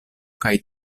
kaj